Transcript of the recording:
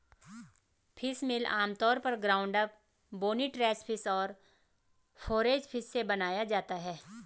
fishmeal आमतौर पर ground up, bony trash fish और फोरेज फिश से बनाया जाता है